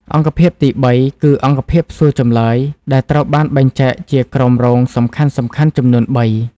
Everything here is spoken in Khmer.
អង្គភាពទី ៣ គឺអង្គភាពសួរចម្លើយ ដែលត្រូវបានបែងចែកជាក្រុមរងសំខាន់ៗចំនួនបី។